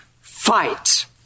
fight